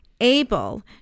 able